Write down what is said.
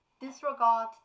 disregard